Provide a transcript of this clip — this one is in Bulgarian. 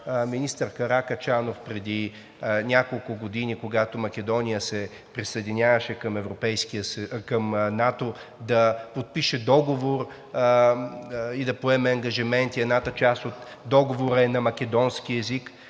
министър Каракачанов преди няколко години, когато Македония се присъединяваше към НАТО, да подпише договор и да поеме ангажименти. Едната част от договора е на македонски език.